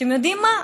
אתם יודעים מה?